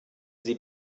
sie